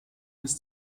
bis